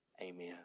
Amen